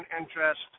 interest